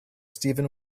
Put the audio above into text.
steven